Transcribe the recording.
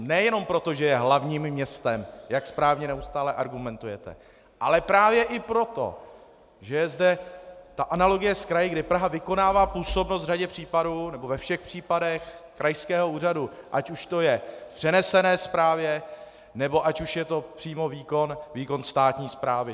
Nejenom proto, že je hlavním městem, jak správně neustále argumentujete, ale právě i proto, že je zde ta analogie s kraji, kdy Praha vykonává působnost v řadě případů, nebo ve všech případech, krajského úřadu, ať už to je v přenesené správě, nebo ať už je to přímo výkon státní správy.